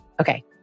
Okay